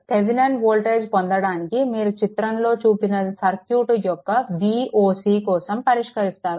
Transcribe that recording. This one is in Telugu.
థెవెనిన్ వోల్టేజ్ పొందడానికి మీరు చిత్రంలో చూపిన సర్క్యూట్ యొక్క Voc కోసం పరిష్కరిస్తారు